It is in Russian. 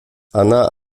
она